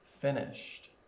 finished